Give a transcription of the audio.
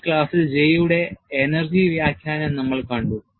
ഈ ക്ലാസ്സിൽ J യുടെ energy വ്യാഖ്യാനം നമ്മൾ കണ്ടു